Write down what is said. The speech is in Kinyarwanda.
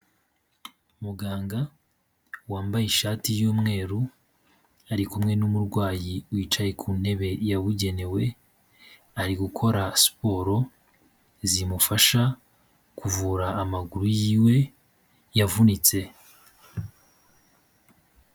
Muganga wambaye ishati y'umweru, ari kumwe n'umurwayi wicaye ku ntebe yabugenewe, ari gukora siporo zimufasha kuvura amaguru yiwe yavunitse.